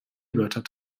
wörter